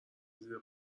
زیر